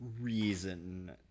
reason